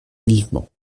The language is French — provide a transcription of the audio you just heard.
vivement